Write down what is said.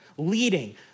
leading